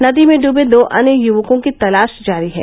नदी में डूबे दो अन्य युवकों की तलांष जारी है